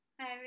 Hi